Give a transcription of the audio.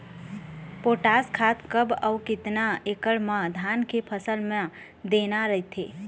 Potash खाद कब अऊ केतना एकड़ मे धान के फसल मे देना रथे?